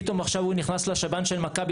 פתאום עכשיו הוא נכנס לשב"ן של מכבי,